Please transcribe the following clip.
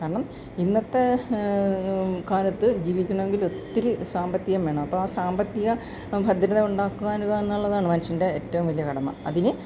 കാരണം ഇന്നത്തെ കാലത്ത് ജീവിക്കണമെങ്കിൽ ഒത്തിരി സാമ്പത്തികം വേണം അപ്പം ആ സാമ്പത്തിക ഭദ്രത ഉണ്ടാക്കണം എന്നുള്ളതാണ് മനുഷ്യൻ്റെ ഏറ്റവും വലിയ കടമ അതിന്